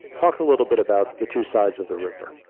talk a little bit about the two sides of the river.